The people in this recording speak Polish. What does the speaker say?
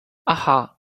aha